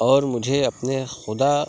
اور مجھے اپنے خُدا